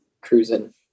cruising